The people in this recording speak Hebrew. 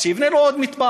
אז שיבנה לו עוד מטבח,